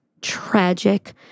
tragic